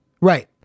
Right